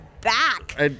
back